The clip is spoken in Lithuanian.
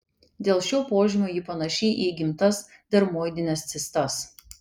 dėl šio požymio ji panaši į įgimtas dermoidines cistas